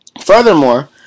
Furthermore